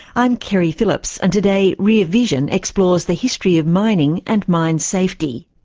i'm keri phillips and today rear vision explores the history of mining and mine safety.